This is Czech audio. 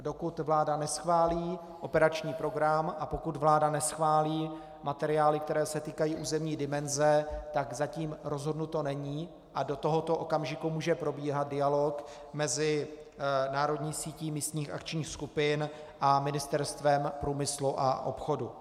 Dokud vláda neschválí operační program a pokud vláda neschválí materiály, které se týkají územní dimenze, tak zatím rozhodnuto není a do tohoto okamžiku může probíhat dialog mezi národní sítí místních akčních skupin a Ministerstvem průmyslu a obchodu.